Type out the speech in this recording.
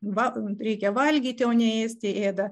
va reikia valgyti o ne ėsti ėda